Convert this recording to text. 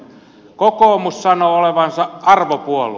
kokoomus sanoo olevansa arvopuolue